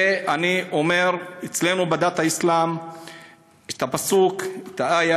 ואני אומר: אצלנו בדת האסלאם יש את הפסוק (אומר בערבית: